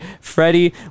Freddie